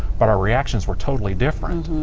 but our reactions were totally different.